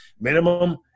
minimum